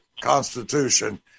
Constitution